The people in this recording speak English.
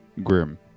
Grim